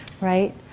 Right